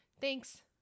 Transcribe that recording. Thanks